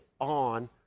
on